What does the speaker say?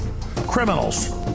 criminals